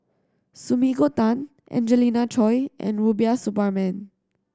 Sumiko Tan Angelina Choy and Rubiah Suparman